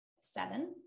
seven